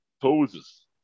poses